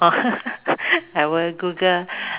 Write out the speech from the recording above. orh I will Google